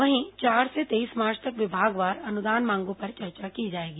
वहीं चार से तेईस मार्च तक विभागवार अनुदान मांगों पर चर्चा की जाएगी